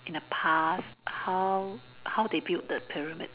in the past how how they built the pyramid